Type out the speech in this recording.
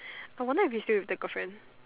I wonder if he still with the girlfriend